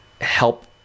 help